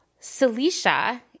Celicia